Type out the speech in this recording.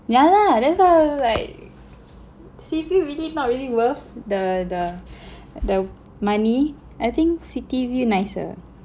yeah lah that's why I was like sea view really not really worth the the the money I think city view nicer